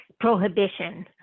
prohibition